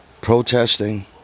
Protesting